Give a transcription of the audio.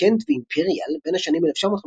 קנט ואימפריאל בין השנים 1955–1962,